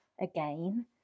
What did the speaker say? again